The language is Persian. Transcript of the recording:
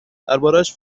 دربارهاش